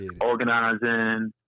organizing